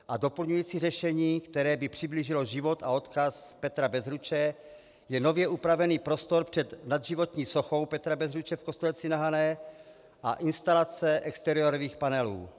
A doplňující řešení, které by přiblížilo život a odkaz Petra Bezruče, je nově upravený prostor před nadživotní sochou Petra Bezruče v Kostelci na Hané a instalace exteriérových panelů.